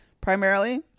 Primarily